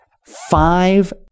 Five